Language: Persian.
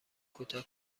کوتاه